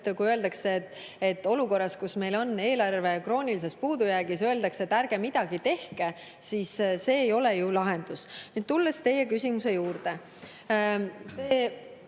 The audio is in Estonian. lihtsalt, kui olukorras, kus meil on eelarve kroonilises puudujäägis, öeldakse, et ärge midagi tehke, siis see ei ole ju lahendus. Nüüd tulles teie küsimuse juurde.